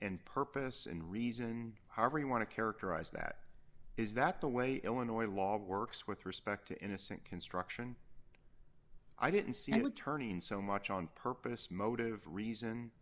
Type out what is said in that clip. and purpose and reason however you want to characterize that is that the way illinois law works with respect to innocent construction i didn't see you turn in so much on purpose motive reason